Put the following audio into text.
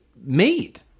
made